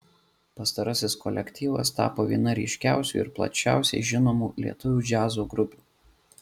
pastarasis kolektyvas tapo viena ryškiausių ir plačiausiai žinomų lietuvių džiazo grupių